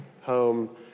home